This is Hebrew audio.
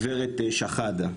גב' שחאדה.